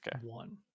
one